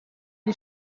die